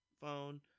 phone